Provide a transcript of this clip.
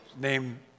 Name